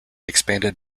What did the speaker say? expanded